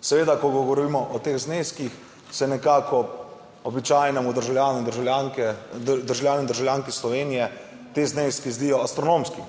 Seveda ko govorimo o teh zneskih, se nekako običajnemu državljanu in državljanke, državljani in državljanke Slovenije ti zneski zdijo astronomski,